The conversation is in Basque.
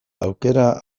aukera